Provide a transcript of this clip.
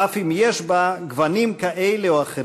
אף אם יש בה גוונים כאלה או אחרים.